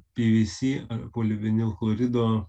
pvc ar polivinilchlorido